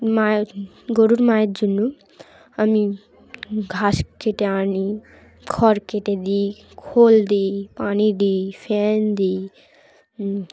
মায়ের গরুর মায়ের জন্য আমি ঘাস কেটে আনি খড় কেটে দিই খোল দিই পানি দিই ফ্যান দিই